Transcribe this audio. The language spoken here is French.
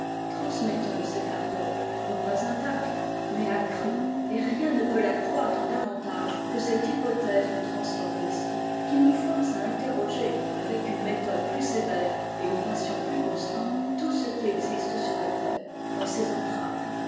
transmettons cette ardeur non pas intacte mais accrue et rien ne peut taecroître davantage que cette hypothèse du transformisme qui nous force à interroger avec une méthode plus sévère et une passion plus constante tout ce qui existe sur la terre dans ses entrailles